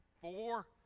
four